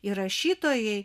ir rašytojai